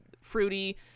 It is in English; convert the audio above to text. fruity